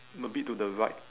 a bit to the right